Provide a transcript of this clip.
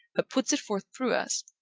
but puts it forth through us,